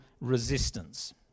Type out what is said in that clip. resistance